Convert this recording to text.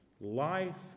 Life